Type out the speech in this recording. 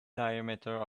diameter